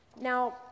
now